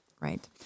Right